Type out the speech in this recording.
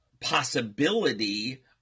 possibility